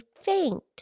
faint